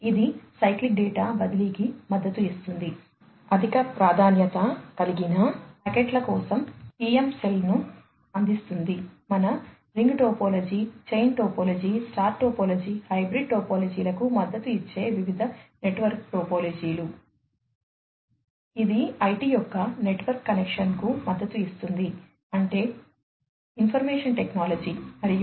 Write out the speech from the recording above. ఇది cyclic data బదిలీకి మద్దతు ఇస్తుంది అధిక ప్రాధాన్యత కలిగిన ప్యాకెట్ల కోసం PM సెల్ను అందిస్తుంది మన ring topology chain topology star topology hybrid టోపోలాజీలకు మద్దతు ఇచ్చే వివిధ నెట్వర్క్ టోపోలాజీలు